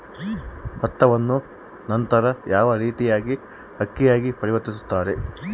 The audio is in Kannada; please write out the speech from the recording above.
ಭತ್ತವನ್ನ ನಂತರ ಯಾವ ರೇತಿಯಾಗಿ ಅಕ್ಕಿಯಾಗಿ ಪರಿವರ್ತಿಸುತ್ತಾರೆ?